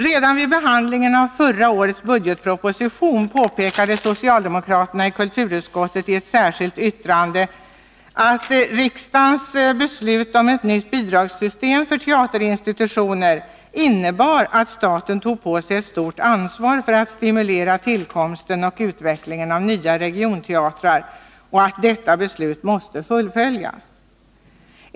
Redan vid behandlingen av förra årets budgetproposition påpekade beslut om nytt bidragssystem för teaterinstitutioner innebar att staten tog på Onsdagen den sig ett stort ansvar för att stimulera tillkomsten och utvecklingen av nya 13 maj 1981 regionteatrar. Detta beslut måste fullföljas.